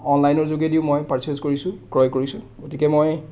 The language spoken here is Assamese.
অনলাইনৰ যোগেদিও মই পাৰ্চেছ কৰিছোঁ ক্ৰয় কৰিছোঁ গতিকে মই